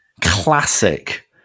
classic